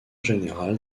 général